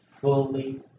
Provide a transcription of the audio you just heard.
fully